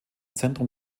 zentrum